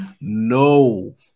No